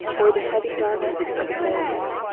or the heavy darkness of a banyan.